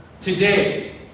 today